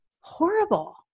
horrible